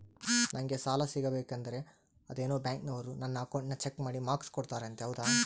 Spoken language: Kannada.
ನಂಗೆ ಸಾಲ ಸಿಗಬೇಕಂದರ ಅದೇನೋ ಬ್ಯಾಂಕನವರು ನನ್ನ ಅಕೌಂಟನ್ನ ಚೆಕ್ ಮಾಡಿ ಮಾರ್ಕ್ಸ್ ಕೊಡ್ತಾರಂತೆ ಹೌದಾ?